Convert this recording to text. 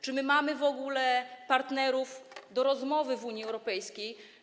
Czy my mamy w ogóle partnerów do rozmowy w Unii Europejskiej?